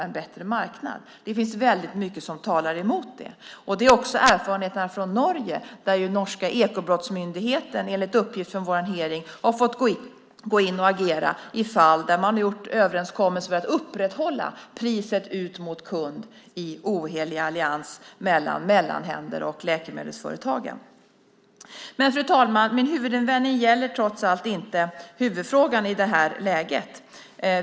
Det finns mycket som talar emot det. Det är också erfarenheterna från Norge, där den norska ekobrottsmyndigheten, enligt uppgift vid vår hearing, fått gå in och agera i fall där mellanhänder och läkemedelsföretag i ohelig allians gjort överenskommelser för att upprätthålla priset ut mot kund. Min främsta invändning, fru talman, gäller trots allt inte huvudfrågan i detta läge.